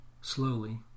Slowly